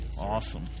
awesome